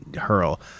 hurl